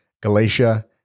Galatia